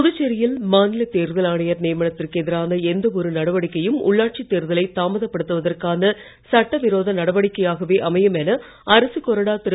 புதுச்சேரியில் மாநில தேர்தல் ஆணையர் நியமனத்திற்கு எதிரான எந்தவொரு நடவடிக்கையும் தேர்தலை தாமதப்படுத்துவதற்கான சட்டவிரோத நடவடிக்கையாகவே அமையும் என அரசுக் கொறடா திரு